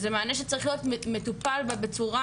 זה צריך להיות מטופל בצורה